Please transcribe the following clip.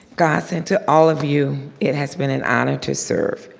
goss and to all of you. it has been an honor to serve.